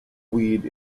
weed